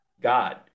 God